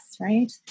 right